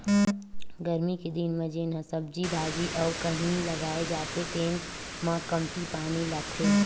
गरमी के दिन म जेन ह सब्जी भाजी अउ कहि लगाए जाथे तेन म कमती पानी लागथे